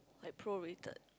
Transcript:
at pro waited